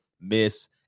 miss